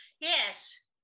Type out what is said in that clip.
Yes